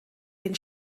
den